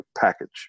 package